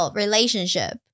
relationship 。